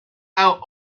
out